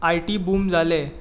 IT boom जालें